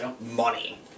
money